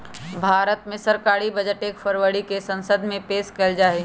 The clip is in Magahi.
भारत मे सरकारी बजट एक फरवरी के संसद मे पेश कइल जाहई